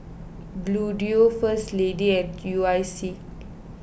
Bluedio First Lady and U I C